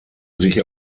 sich